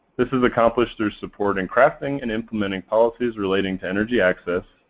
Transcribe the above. this is accomplished through support in crafting and implementing policies relating to energy access,